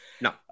No